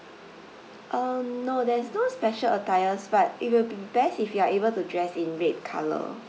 uh no there's no special attires but it will be best if you are able to dress in red colour